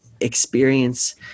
experience